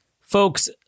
folks